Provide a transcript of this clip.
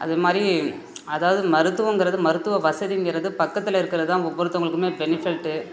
அது மாதிரி அதாவது மருத்துவங்கறது மருத்துவ வசதிங்கிறது பக்கத்தில் இருக்கிறது தான் ஒவ்வொருத்தவங்களுக்குமே பெனிஃபிட்